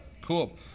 Cool